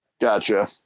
Gotcha